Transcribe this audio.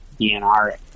DNR